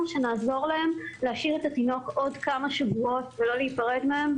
שנעזור להם להשאיר את התינוק עוד כמה שבועות ולא להיפרד מהם.